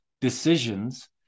decisions